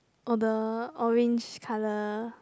oh the orange colour